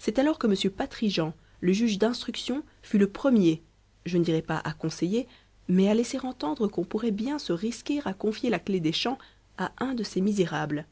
c'est alors que m patrigent le juge d'instruction fut le premier je ne dirai pas à conseiller mais à laisser entendre qu'on pourrait bien se risquer à confier la clé des champs à un de ces misérables